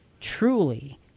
truly